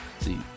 See